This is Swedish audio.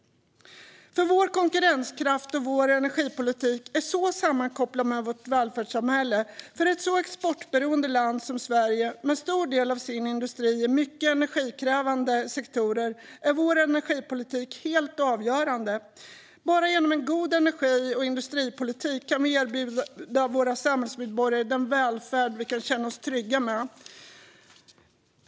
Vår konkurrenskraft och vår energipolitik är sammankopplad med vårt välfärdssamhälle. För ett så exportberoende land som Sverige, med stor del av sin industri i mycket energikrävande sektorer, är energipolitiken helt avgörande. Bara genom en god energi och industripolitik kan vi erbjuda våra samhällsmedborgare en välfärd vi kan känna oss trygga med.